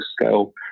scale